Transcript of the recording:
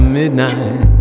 midnight